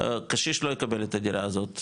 קשיש לא יקבל את הדירה הזאת.